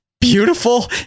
beautiful